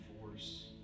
force